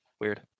Weird